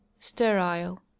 sterile